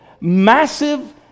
massive